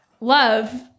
Love